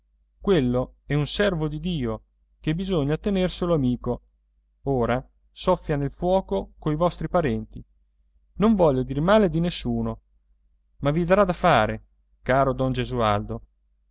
quello è un servo di dio che bisogna tenerselo amico ora soffia nel fuoco coi vostri parenti non voglio dir male di nessuno ma vi darà da fare caro don gesualdo